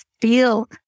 feel